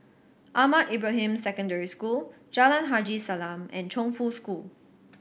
Ahmad Ibrahim Secondary School Jalan Haji Salam and Chongfu School